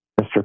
Mr